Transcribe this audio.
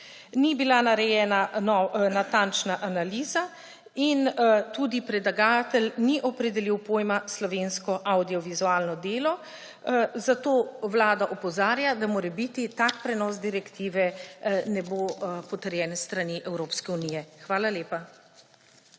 Ni bila narejena natančna analiza in predlagatelj ni opredelil pojma »slovensko avdiovizualno delo«, zato Vlada opozarja, da morebiti tak prenos direktive ne bo potrjen s strani Evropske unije. Hvala lepa.